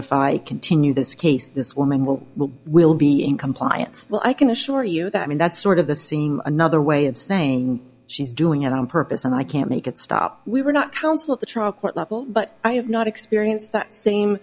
if i continue this case this woman will will be in compliance well i can assure you that i mean that's sort of the seam another way of saying she's doing it on purpose and i can't make it stop we were not counsel at the trial court level but i have not experienced that same